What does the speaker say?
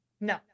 No